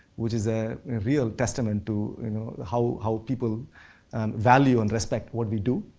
which is a real testament to you know how how people value and respect what we do.